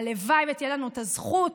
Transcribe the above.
הלוואי שתהיה לנו הזכות